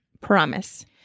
Promise